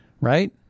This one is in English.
right